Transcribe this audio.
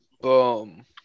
boom